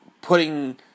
putting